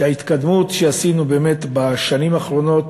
שההתקדמות שעשינו בשנים האחרונות